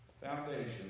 foundation